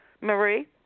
Marie